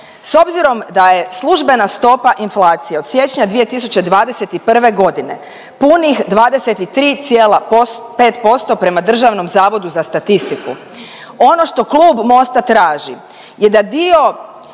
s obzirom da je službena stopa inflacije od siječnja 2021.g. punih 23,5% prema Državnom zavodu za statistiku. Ono što Klub Mosta traži je da dio